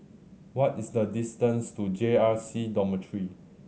what is the distance to J R C Dormitory